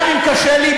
גם אם קשה לי,